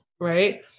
Right